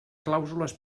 clàusules